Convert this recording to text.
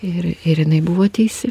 ir ir jinai buvo teisi